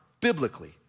biblically